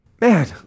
Man